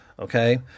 Okay